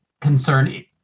concern